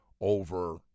over